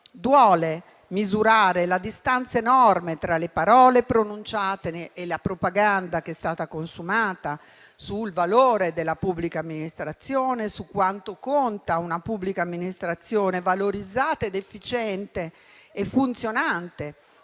duole misurare la distanza enorme tra le parole pronunciate e la propaganda che è stata consumata sul valore della pubblica amministrazione, su quanto conti una pubblica amministrazione valorizzata, efficiente e funzionante,